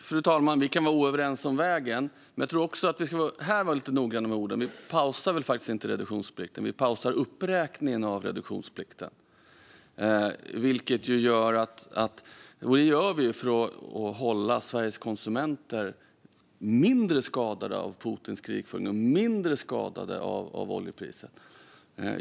Fru talman! Vi kan vara oöverens om vägen, men jag tror också att vi även här ska vara lite noggranna med orden. Vi pausar väl faktiskt inte reduktionsplikten; vi pausar uppräkningen av reduktionsplikten. Det gör vi för att hålla Sveriges konsumenter mindre skadade av Putins krigföring och mindre skadade av oljepriset.